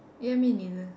ya me neither